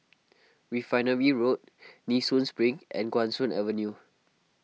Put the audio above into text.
Refinery Road Nee Soon Spring and Guan Soon Avenue